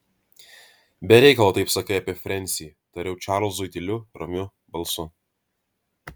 be reikalo taip sakai apie frensį tariau čarlzui tyliu ramiu balsu